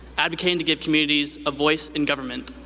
advocating to give communities a voice in government.